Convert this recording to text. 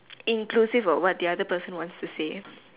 inclusive of what the other person wants to say